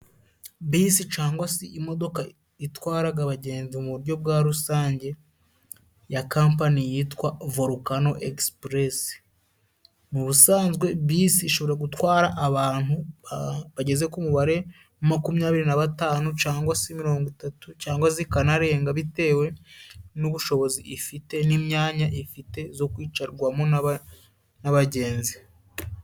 Bisi cangwa se imodoka itwaraga abagenzi mu buryo bwa rusange, ya kampani yitwa vorukano egisipuresi mu busanzwe bisi ishobora gutwara abantu bageze ku mubare makumyabiri, natanu cangwa se mirongo itatu, cangwa zikanarenga bitewe n'ubushobozi ifite n'imyanya ifite zo kwicarwamo n'abagenzi.